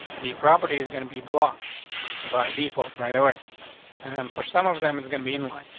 the property is gonna be block by default right away and for some of them is gonna be in life.